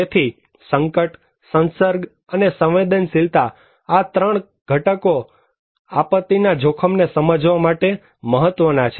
તેથી સંકટ સંસર્ગ અને સંવેદનશીલતા આ ૩ કટકો આપત્તિ ના જોખમને સમજવા માટે મહત્વના છે